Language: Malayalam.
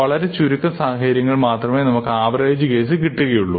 വളരെ ചുരുക്കം സാഹചര്യങ്ങൾ മാത്രമേ നമുക്ക് ആവറേജ് കേസ് കിട്ടുകയുള്ളൂ